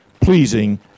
pleasing